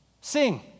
sing